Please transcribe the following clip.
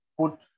put